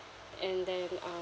and then um